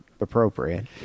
appropriate